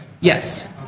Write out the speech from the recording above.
Yes